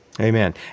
Amen